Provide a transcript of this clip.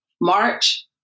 March